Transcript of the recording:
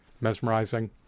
mesmerizing